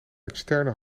externe